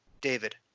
David